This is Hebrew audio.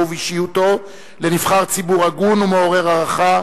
ובאישיותו לנבחר ציבור הגון ומעורר הערכה,